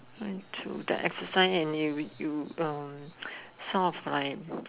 went to the exercise in you you uh sort of like